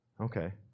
okay